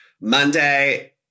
Monday